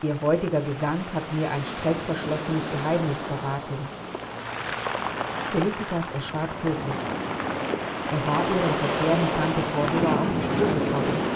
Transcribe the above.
ihr heutiger gesang hat mir ein strengverschlossenes geheimnis verraten felicitas erschrak tödlich er war ihrem verkehr mit tante kordula auf die spur gekommen